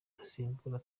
asimbura